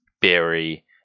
berry